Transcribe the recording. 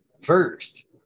first